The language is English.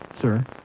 Sir